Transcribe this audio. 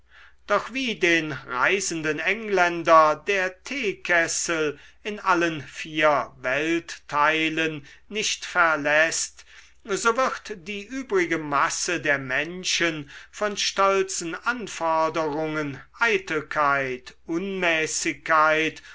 doch wie den reisenden engländer der teekessel in allen vier weltteilen nicht verläßt so wird die übrige masse der menschen von stolzen anforderungen eitelkeit unmäßigkeit